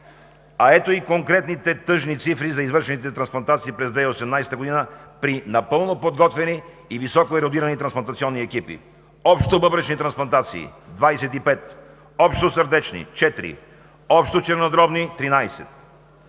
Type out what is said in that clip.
Ето и конкретните тъжни цифри за извършените трансплантации през 2018 г. при напълно подготвени и високоерудирани трансплантационни екипи: общо бъбречни трансплантации – 25; общо сърдечни – 4; общо чернодробни – 13.